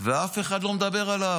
ואף אחד לא ידבר עליו,